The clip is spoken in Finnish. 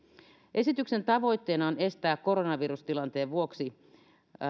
esityksen tavoitteena on estää koronavirustilanteen vuoksi